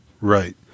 Right